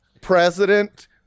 president